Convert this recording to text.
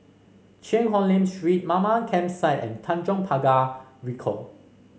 Cheang Hong Lim Street Mamam Campsite and Tanjong Pagar Ricoh